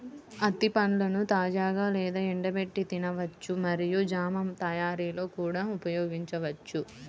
అత్తి పండ్లను తాజాగా లేదా ఎండబెట్టి తినవచ్చు మరియు జామ్ తయారీలో కూడా ఉపయోగించవచ్చు